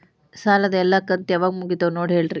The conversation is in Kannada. ಸಾಲದ ಎಲ್ಲಾ ಕಂತು ಯಾವಾಗ ಮುಗಿತಾವ ನೋಡಿ ಹೇಳ್ರಿ